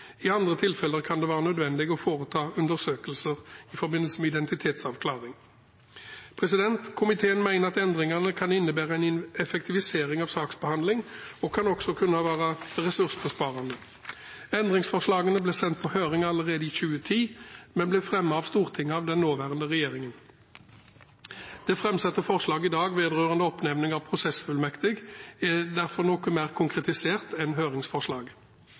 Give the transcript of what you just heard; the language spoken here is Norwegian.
I andre tilfeller kan det være nødvendig å foreta undersøkelser i forbindelse med identitetsavklaring. Komiteen mener at endringene kan innebære en effektivisering av saksbehandlingen og kan også være ressursbesparende. Endringsforslagene ble sendt på høring allerede i 2010, men ble fremmet for Stortinget av den nåværende regjeringen. Det framsatte forslaget i dag vedrørende oppnevning av prosessfullmektig er derfor noe mer konkretisert enn høringsforslaget.